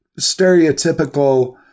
stereotypical